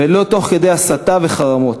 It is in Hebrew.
ולא תוך כדי הסתה וחרמות.